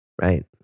right